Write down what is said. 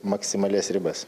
maksimalias ribas